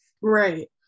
right